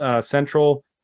central